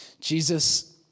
Jesus